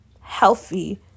healthy